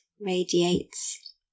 radiates